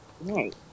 Right